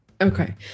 Okay